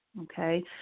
okay